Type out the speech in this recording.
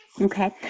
Okay